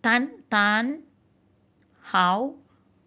Tan Tarn How